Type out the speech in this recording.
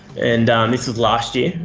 and this was last year,